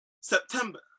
September